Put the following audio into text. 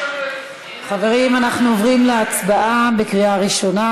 חברים, אנחנו עוברים להצבעה בקריאה ראשונה.